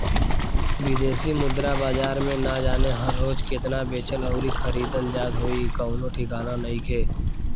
बिदेशी मुद्रा बाजार में ना जाने हर रोज़ केतना बेचल अउरी खरीदल जात होइ कवनो ठिकाना नइखे